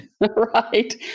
Right